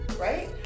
right